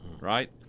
right